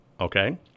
okay